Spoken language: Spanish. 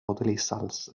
utilizarse